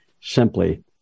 simply